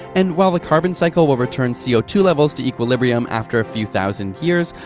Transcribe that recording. and while the carbon cycle will return c o two levels to equilibrium after a few thousand years,